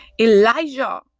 Elijah